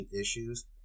issues